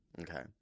okay